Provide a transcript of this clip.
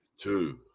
two